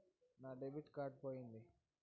నా debit card పోయింది